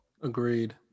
Agreed